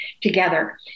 together